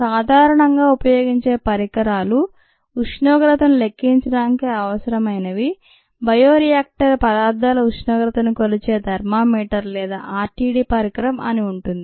సాధారణంగా ఉపయోగించే పరికరాలు ఉష్ణోగ్రతను లెక్కించడానికి అవసరమైనవి బయో రియాక్టర్ పదార్థాల ఉష్ణోగ్రతను కొలిచే థర్మామీటర్ లేదా RTD పరికరం అని ఉంటుంది